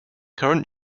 current